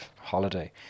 holiday